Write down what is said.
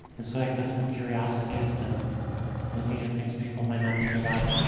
and so like that's been curiosity, it's been looking at things people might not think about,